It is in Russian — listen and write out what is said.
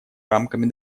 рамками